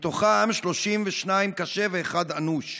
32 מהם קשה ואחד אנוש.